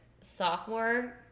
sophomore